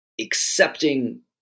accepting